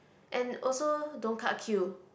and also don't cut queue